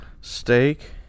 Steak